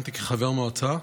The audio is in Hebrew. כיהנתי כחבר מועצה,